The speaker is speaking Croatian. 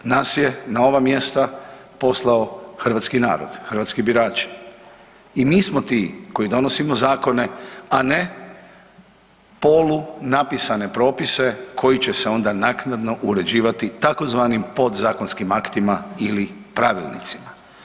Nas je na ova mjesta poslao hrvatski narod, hrvatski birači i mi smo ti koji donosimo zakone, a ne polu napisane propise koji će se onda naknadno uređivati tzv. podzakonskim aktima ili pravilnicima.